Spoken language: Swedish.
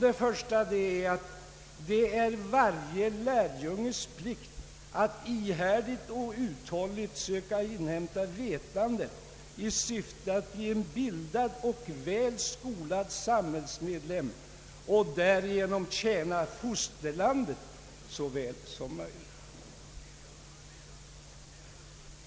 Punkt 1 lyder: Det är varje lärjunges plikt att ihärdigt och uthålligt söka inhämta vetande i syfte att bli en bildad och väl skolad samhällsmedlem och därigenom tjäna fosterlandet så väl som möjligt.